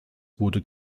wurde